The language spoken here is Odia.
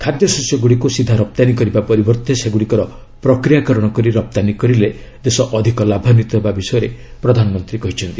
ଖାଦ୍ୟଶସ୍ୟ ଗୁଡ଼ିକୁ ସିଧା ରପ୍ତାନୀ କରିବା ପରିବର୍ତ୍ତେ ସେଗୁଡ଼ିକର ପ୍ରକ୍ରିୟାକରଣ କରି ରପ୍ତାନୀ କରିଲେ ଦେଶ ଅଧିକ ଲାଭାନ୍ଧିତ ହେବା ବିଷୟରେ ପ୍ରଧାନମନ୍ତ୍ରୀ କହିଛନ୍ତି